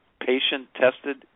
patient-tested